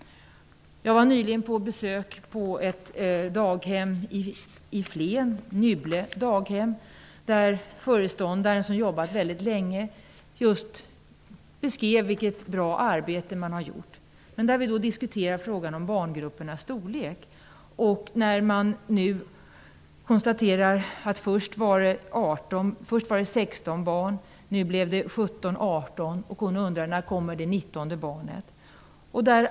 Jag var nyligen på besök på ett daghem i Flen, Nybble daghem, där föreståndaren, som jobbat väldigt länge, beskrev vilket fint arbete man har gjort. Vi diskuterade frågan om barngruppernas storlek, och hon konstaterade att det först var 16 barn och att det sedan blev 17-18, och nu undrade hon: När kommer det 19:e barnet?